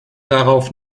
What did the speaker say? darauf